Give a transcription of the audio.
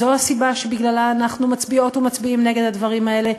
זאת הסיבה שבגללה אנחנו מצביעות ומצביעים נגד הדברים האלה.